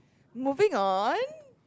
moving on